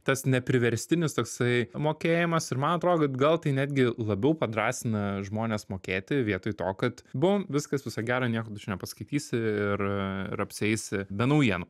tas nepriverstinis toksai mokėjimas ir man atrodo kad gal tai netgi labiau padrąsina žmones mokėti vietoj to kad buvom viskas viso gero nieko tu čia nepaskaitysi ir ir apsieisi be naujienų